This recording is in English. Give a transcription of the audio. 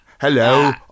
Hello